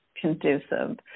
conducive